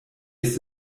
ist